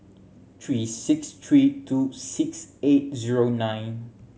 three six three two six eight zero nine